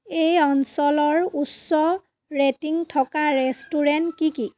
এই অঞ্চলৰ উচ্চ ৰেটিং থকা ৰেষ্টুৰেণ্ট কি কি